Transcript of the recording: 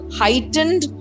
heightened